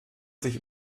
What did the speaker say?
sich